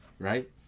Right